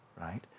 right